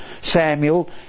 Samuel